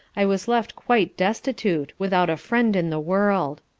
i was left quite destitute, without a friend in the world.